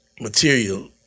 material